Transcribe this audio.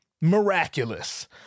Miraculous